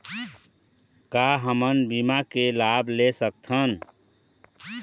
का हमन बीमा के लाभ ले सकथन?